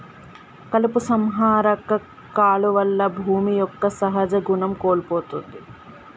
కలుపు సంహార కాలువల్ల భూమి యొక్క సహజ గుణం కోల్పోతుంది